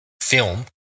film